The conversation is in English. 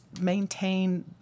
maintain